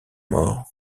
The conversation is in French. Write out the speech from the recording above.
mort